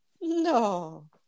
No